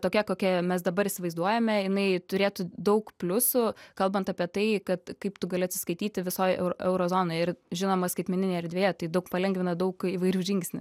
tokia kokia mes dabar įsivaizduojame jinai turėtų daug pliusų kalbant apie tai kad kaip tu gali atsiskaityti visoj eu euro zonoj ir žinoma skaitmeninėje erdvėje tai daug palengvina daug įvairių žingsnių